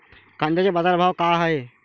कांद्याचे बाजार भाव का हाये?